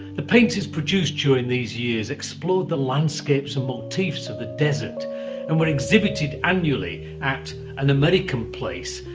the paintings produced during these years explored the landscapes and motifs of the desert and were exhibited annually at an american place,